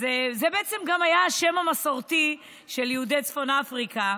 אז זה בעצם גם היה השם המסורתי של יהודי צפון אפריקה.